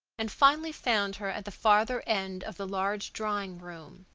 and finally found her at the farther end of the large drawing-room,